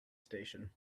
station